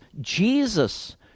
Jesus